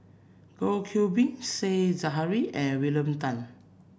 Goh Qiu Bin Said Zahari and William Tan